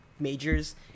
majors